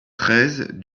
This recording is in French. treize